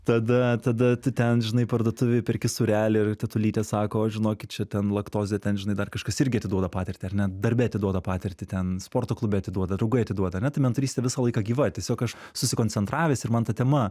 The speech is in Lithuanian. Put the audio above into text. tada tada tu ten žinai parduotuvėj perki sūrelį ir tetulytė sako o žinokit čia ten laktozė ten žinai dar kažkas irgi atiduoda patirtį ar net darbe atiduoda patirtį ten sporto klube atiduoda draugai atiduota ane tai mentorystė visą laiką gyva tiesiog aš susikoncentravęs ir man ta tema